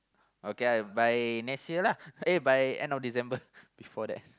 okay I by next year lah eh by end of December before that